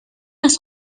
است